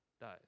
dies